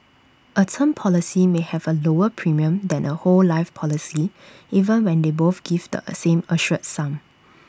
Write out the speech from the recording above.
A term policy may have A lower premium than A whole life policy even when they both give the same assured sum